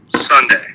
Sunday